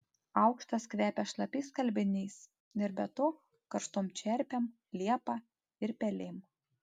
aukštas kvepia šlapiais skalbiniais ir be to karštom čerpėm liepa ir pelėm